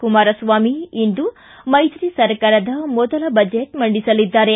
ಕುಮಾರಸ್ವಾಮಿ ಇಂದು ಮೈತ್ರಿ ಸರ್ಕಾರದ ಮೊದಲ ಬಜೆಟ್ ಮಂಡಿಸಲಿದ್ದಾರೆ